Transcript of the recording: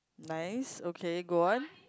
nice okay go on